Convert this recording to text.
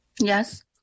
Yes